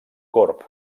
corb